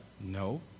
No